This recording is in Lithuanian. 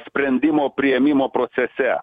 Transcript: sprendimo priėmimo procese